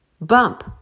bump